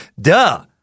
Duh